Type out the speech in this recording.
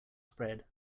spread